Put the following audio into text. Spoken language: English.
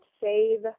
Save